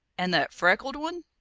and that freckled one?